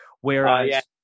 whereas